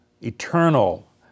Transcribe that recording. eternal